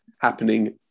happening